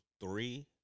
three